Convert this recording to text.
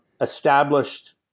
established